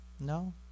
No